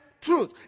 Truth